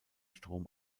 strom